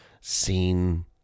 seen